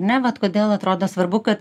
ne vat kodėl atrodo svarbu kad